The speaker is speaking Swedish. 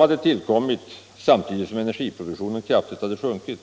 hade tillkommit samtidigt som energiproduktionen kraftigt hade sjunkit.